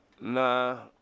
Nah